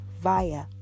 via